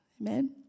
Amen